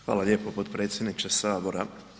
Hvala lijepo potpredsjedniče sabora.